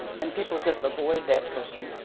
and people just avoid that person,